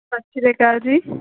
ਸਤਿ ਸ਼੍ਰੀ ਅਕਾਲ ਜੀ